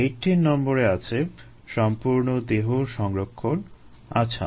18 নম্বরে আছে সম্পূর্ণ দেহ সংরক্ষণ আচ্ছা